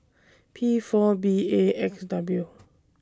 P four B A X W